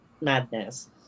madness